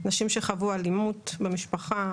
נשים שחוו אלימות במשפחה,